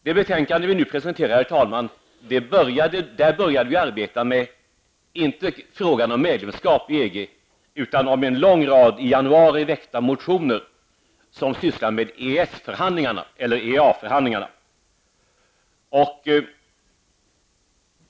Arbetet med det betänkande som vi nu presenterar började inte med frågan om medlemskap i EG utan med en lång rad i januari väckta motioner som sysslar med EES-förhandlingarna eller EEA förhandlingarna.